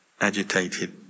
agitated